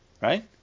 Right